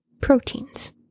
proteins